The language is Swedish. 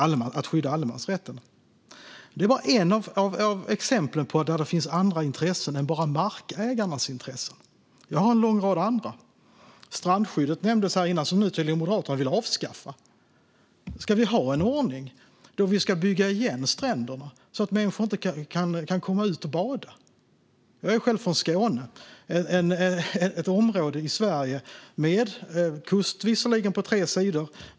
Det var ett exempel på andra intressen än bara markägarnas. Jag har en lång rad andra. Strandskyddet nämndes innan. Det vill Moderaterna tydligen avskaffa nu. Ska vi ha en ordning där vi bygger igen stränderna så att människor inte kan komma ut och bada? Jag är själv från Skåne, ett område i Sverige med kust på tre sidor.